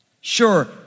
Sure